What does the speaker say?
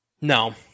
no